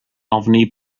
ofni